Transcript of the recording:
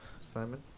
Simon